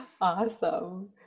Awesome